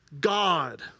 God